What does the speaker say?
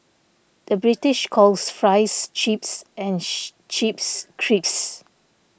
the British calls Fries Chips and Chips Crisps